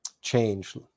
change